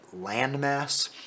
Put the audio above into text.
landmass